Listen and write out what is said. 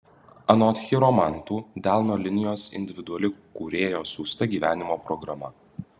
anot chiromantų delno linijos individuali kūrėjo siųsta gyvenimo programa